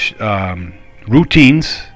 Routines